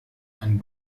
ein